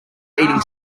eating